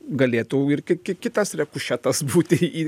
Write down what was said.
galėtų ir ki ki kitas rekušetas būti